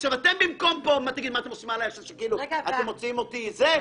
אתם עושים עליי, מוציאים אותי זה?